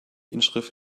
inschrift